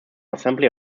assembly